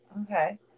Okay